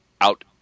out